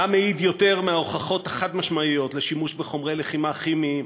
מה מעיד יותר מההוכחות החד-משמעיות לשימוש בחומרי לחימה כימיים,